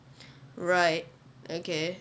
right okay